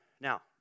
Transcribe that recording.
Now